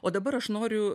o dabar aš noriu